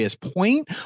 point